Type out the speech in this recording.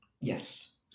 Yes